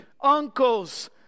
uncles